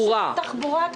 תחבורה.